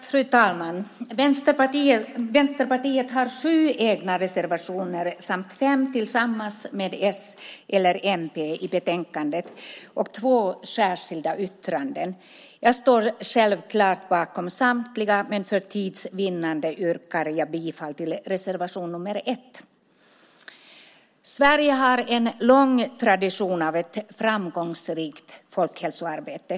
Fru talman! Vänsterpartiet har sju egna reservationer samt fem tillsammans med s eller mp i betänkandet och två särskilda yttranden. Jag står självklart bakom samtliga, men för tids vinnande yrkar jag bifall till reservation nr 1. Sverige har en lång tradition av ett framgångsrikt folkhälsoarbete.